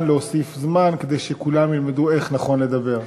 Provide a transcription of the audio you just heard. להוסיף זמן כדי שכולם ילמדו איך נכון לדבר.